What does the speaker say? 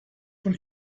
von